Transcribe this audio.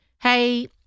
Hey